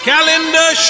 Calendar